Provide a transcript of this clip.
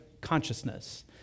consciousness